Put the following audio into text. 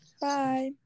Bye